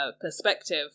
perspective